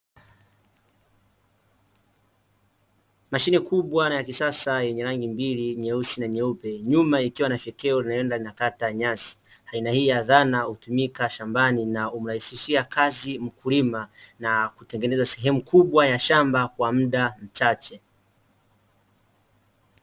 Mashine kubwa na ya kisasa yenye rangi mbili nyeusi na nyeupe, nyuma ikiwa na fekeo linaenda linakata nyasi, aina hii ya zana hutumika shambani, na humrahisishia kazi mkulima na kutengeneza sehemu kubwa ya shamba kwa muda mchache.